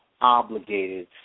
obligated